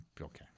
Okay